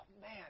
man